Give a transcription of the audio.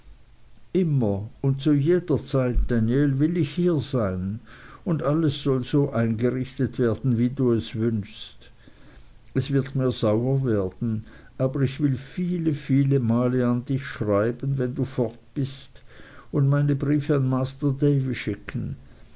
immer und zu jeder zeit danl will ich hier sein und alles soll so eingerichtet werden wie du es wünschst es wird mir sauer werden aber ich will viele viele male an dich schreiben wenn du fort bist und meine briefe an master davy schicken